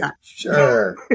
Sure